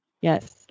Yes